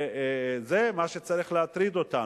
זה מה שצריך להטריד אותנו.